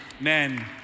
Amen